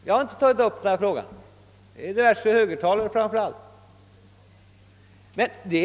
Jag har inte tagit upp denna fråga — det är framför allt diverse högertalare som har gjort det.